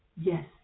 Yes